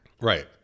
Right